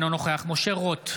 אינו נוכח משה רוט,